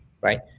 right